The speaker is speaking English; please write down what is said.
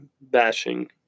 bashing